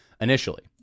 initially